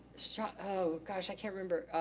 oh gosh, i can't remember.